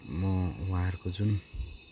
म उहाँहरूको जुन